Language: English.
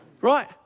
right